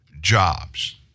jobs